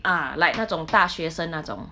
ah like 那种大学生那种